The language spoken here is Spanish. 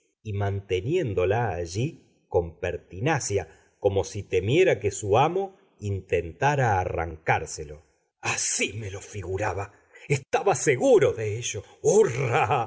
y manteniéndola allí con pertinacia como si temiera que su amo intentara arrancárselo así me lo figuraba estaba seguro de ello hurra